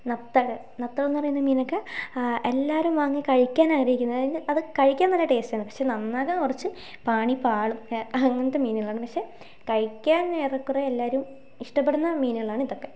നത്തൽ നത്തലെന്നു പറയുന്ന മീനൊക്കെ എല്ലാവരും വാങ്ങി കഴിക്കാൻ ആഗ്രഹിക്കുന്ന അതായത് അത് കഴിക്കാൻ നല്ല ടേസ്റ്റ് ആണ് പക്ഷേ നന്നാക്കാൻ കുറച്ച് പണി പാളും അങ്ങനത്തെ മീനുകളാണ് പക്ഷേ കഴിക്കാൻ ഏറെക്കുറെ എല്ലാവരും ഇഷ്ടപ്പെടുന്ന മീനുകളാണ് ഇതൊക്കെ